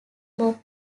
more